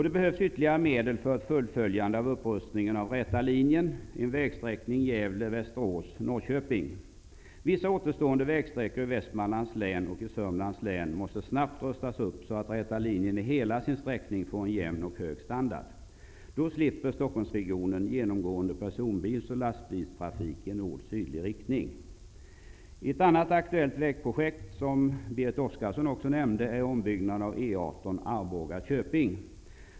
Det behövs ytterligare medel för ett fullföljande av upprustningen av ''Räta linjen'', dvs. en vägsträckning Gävle--Västerås--Norrköping. Vissa återstående vägsträckor i Västmanlands län och i Södermanlands län måste snabbt rustas upp, så att ''Räta linjen'' i hela sin sträckning får en jämn och hög standard. Då slipper Stockholmsregionen genomgående personbils och lastbilstrafik i nordsydlig riktning. Ett annat aktuellt vägprojekt, som också Berit Arboga--Köping.